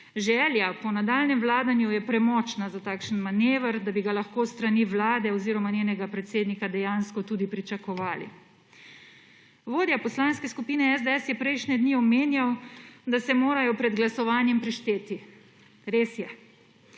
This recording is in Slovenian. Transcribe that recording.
Želja po nadaljnjem vladanju je premočna za takšen manever, da bi ga lahko s strani Vlade oziroma njenega predsednika dejansko tudi pričakovali. Vodja Poslanske skupine SDS je prejšnje dni omenjal, da se morajo pred glasovanjem prešteti. Res je.